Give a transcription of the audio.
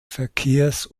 verkehrs